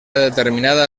determinada